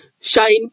shine